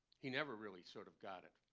he never really sort of got it.